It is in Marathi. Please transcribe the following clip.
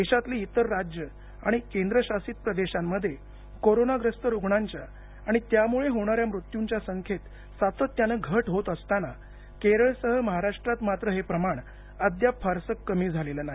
देशातली इतर राज्यं आणि केंद्रशासित प्रदेशांमध्ये कोरोनाग्रस्त रुग्णांच्या आणि त्यामुळे होणाऱ्या मृत्यूंच्या संख्येत सातत्यानं घट होत असताना केरळसह महाराष्ट्रात मात्र हे प्रमाण अद्याप फारसं कमी झालेलं नाही